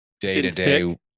day-to-day